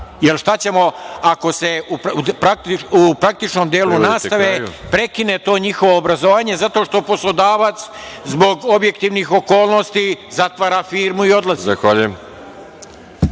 rade. Šta ćemo ako se u praktičnom delu nastave prekine to njihovo obrazovanje zato što poslodavac zbog objektivnih okolnosti zatvara firmu i odlazi?